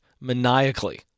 maniacally